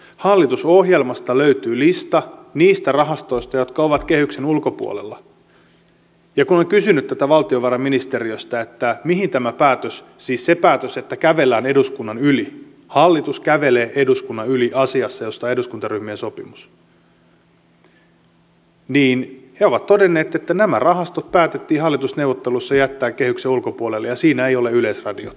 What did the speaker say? hallitusohjelmasta löytyy lista niistä rahastoista jotka ovat kehyksen ulkopuolella ja kun olen kysynyt tätä valtiovarainministeriöstä mihin tämä päätös perustuu siis se päätös että kävellään eduskunnan yli hallitus kävelee eduskunnan yli asiassa josta on eduskuntaryhmien sopimus niin he ovat todenneet että nämä rahastot päätettiin hallitusneuvotteluissa jättää kehyksen ulkopuolelle ja siinä ei ole yleisradiota